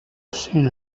seen